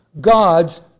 God's